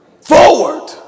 Forward